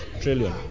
trillion